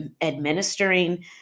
administering